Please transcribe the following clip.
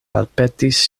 palpetis